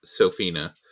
Sophina